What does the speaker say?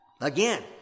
Again